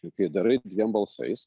juk kai darai dviem balsais